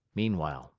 meanwhile,